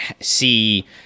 see